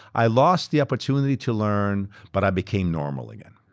i lost the opportunity to learn but i became normal again.